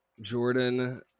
Jordan